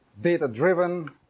data-driven